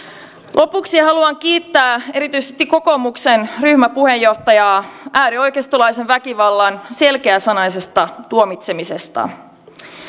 lopuksi haluan kiittää erityisesti kokoomuksen ryhmäpuheenjohtajaa äärioikeistolaisen väkivallan selkeäsanaisesta tuomitsemisesta